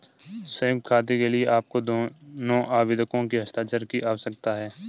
संयुक्त खाते के लिए आपको दोनों आवेदकों के हस्ताक्षर की आवश्यकता है